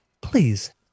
please